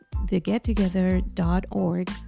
thegettogether.org